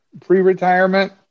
pre-retirement